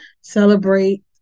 celebrate